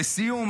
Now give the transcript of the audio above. לסיום,